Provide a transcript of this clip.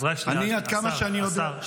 רק שנייה, השר.